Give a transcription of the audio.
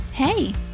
Hey